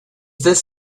this